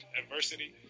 adversity